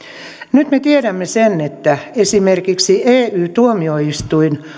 nyt me tiedämme sen että esimerkiksi ey tuomioistuin